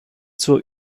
zur